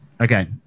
okay